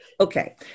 Okay